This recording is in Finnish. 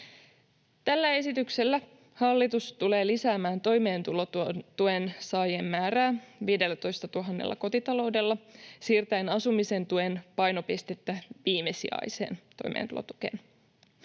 Tällä esityksellä hallitus tulee lisäämään toimeentulotuen saajien määrää 15 000 kotitaloudella, siirtäen asumisen tuen painopistettä viimesijaiseen toimeentulotukeen.